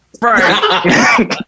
Right